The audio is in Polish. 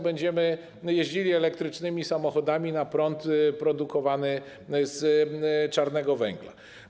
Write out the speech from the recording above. Będziemy jeździli elektrycznymi samochodami na prąd produkowany z czarnego węgla.